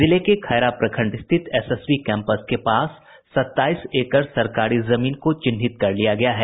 जिले के खैरा प्रखंड स्थित एसएसबी कैंपस के पास सत्ताईस एकड़ सरकारी जमीन को चिन्हित कर लिया गया है